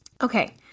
Okay